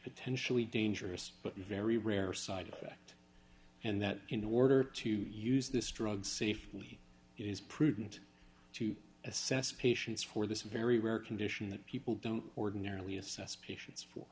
potentially dangerous but very rare side effect and that in order to use this drug safely it is prudent to assess patients for this very rare condition that people don't ordinarily assess patients for